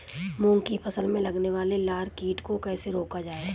मूंग की फसल में लगने वाले लार कीट को कैसे रोका जाए?